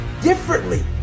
differently